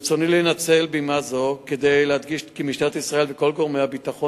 ברצוני לנצל בימה זו כדי להדגיש כי משטרת ישראל וכל גורמי הביטחון